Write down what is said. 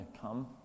come